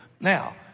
Now